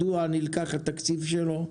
מדוע נלקח התקציב שלו,